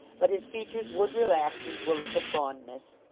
but his features would relax into a look of fondness.